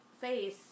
face